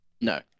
No